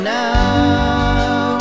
now